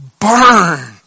burn